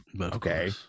Okay